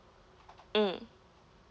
mm